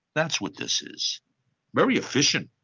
that's what this is very efficient,